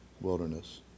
wilderness